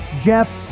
Jeff